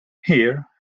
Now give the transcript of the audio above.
here